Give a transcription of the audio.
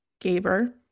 Gaber